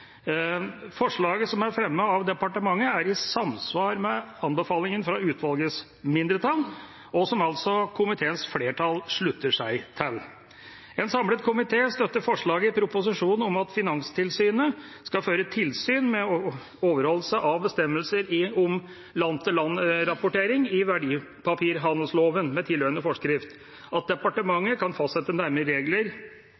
Forslaget som er fremmet av departementet, er i samsvar med anbefalingen fra utvalgets mindretall, som altså komiteens flertall slutter seg til. En samlet komité støtter forslaget i proposisjonen om at Finanstilsynet skal føre tilsyn med overholdelse av bestemmelser om land-for-land-rapportering i verdipapirhandelloven med tilhørende forskrift om at